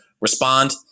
respond